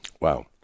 Wow